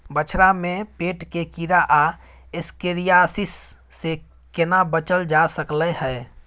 बछरा में पेट के कीरा आ एस्केरियासिस से केना बच ल जा सकलय है?